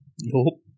Nope